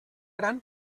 gran